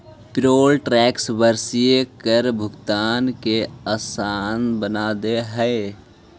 payroll tax वार्षिक कर भुगतान के असान बना दे हई